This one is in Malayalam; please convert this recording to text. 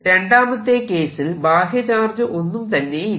രണ്ടാമത്തെ കേസിൽ ബാഹ്യ ചാർജ് ഒന്നും തന്നെയില്ല